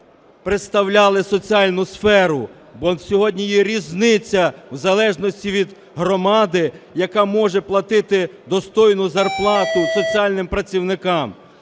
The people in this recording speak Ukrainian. представляли соціальну сферу, бо сьогодні є різниця, в залежності від громади, яка може платити достойну зарплату соціальним працівникам.